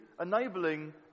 enabling